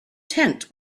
tent